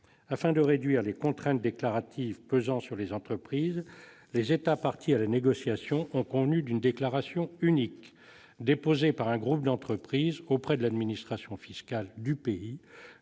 Afin de réduire les contraintes déclaratives pesant sur les entreprises, les États parties à la négociation sont convenus d'une déclaration unique auprès de l'administration fiscale du pays